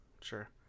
Sure